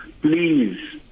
please